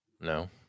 No